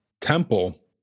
temple